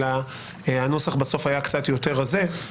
אלא הנוסח בסוף היה קצת יותר רזה.